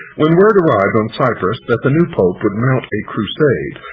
when word arrived oncyprus that the new pope would mount a crusade,